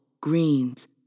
Greens